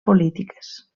polítiques